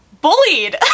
bullied